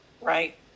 Right